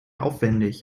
aufwendig